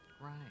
Right